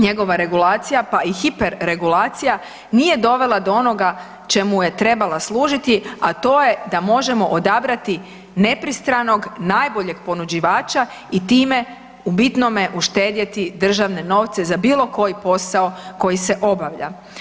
Njegova regulacija, pa i hiperregulacija nije dovela do onoga čemu je trebala služiti, a to je da možemo odabrati nepristranog, najboljeg ponuđivača i time u bitnome uštediti državne novce za bilo koji posao koji se obavlja.